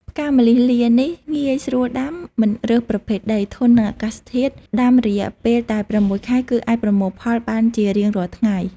ផ្កាម្លិះលានេះ ងាយ ស្រួលដាំ មិនរើសប្រភេទដី ធន់នឹងអាកាសធាតុ ដាំរយៈពេលតែ៦ខែ គឺអាចប្រមូលផលបានជារៀងរាល់ថ្ងៃ ។